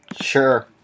Sure